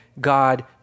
God